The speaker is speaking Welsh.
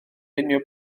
unrhyw